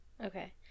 okay